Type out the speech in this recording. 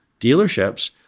dealerships